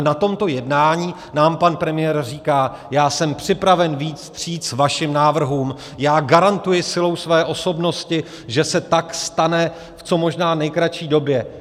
Na tomto jednání nám pan premiér říká: já jsem připraven vyjít vstříc vašim návrhům, garantuji silou své osobnosti, že se tak stane v co možná nejkratší době.